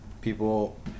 people